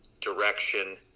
direction